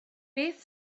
beth